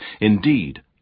indeed